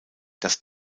dass